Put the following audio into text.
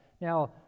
Now